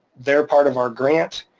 they're a part of our grant,